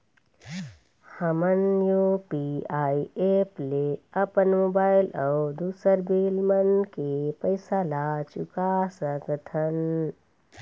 हमन UPI app ले अपन मोबाइल अऊ दूसर बिल मन के पैसा ला चुका सकथन